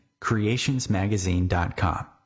creationsmagazine.com